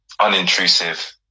unintrusive